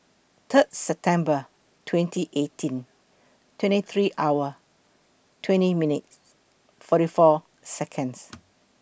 Third September twenty eighteen twenty three hour twenty minutes forty four Seconds